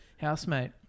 housemate